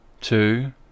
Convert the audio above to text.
two